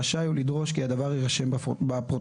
רשאי הוא לדרוש כי הדבר יירשם בפרוטוקול.